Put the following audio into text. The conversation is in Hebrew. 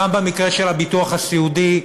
גם במקרה של הביטוח הסיעודי,